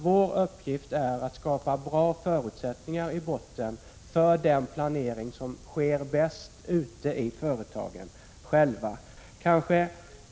Vår uppgift är att skapa bra förutsättningar för den planering som sker bäst ute i företagen.